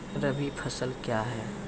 रबी फसल क्या हैं?